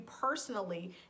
personally